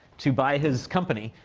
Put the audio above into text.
to buy his company.